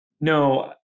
No